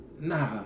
nah